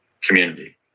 community